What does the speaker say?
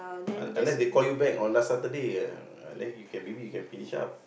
un~ unless they call you back on last Saturday uh then you can maybe you can finish up